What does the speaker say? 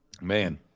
Man